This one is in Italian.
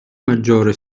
maggiore